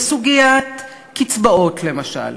בסוגיית קצבאות למשל,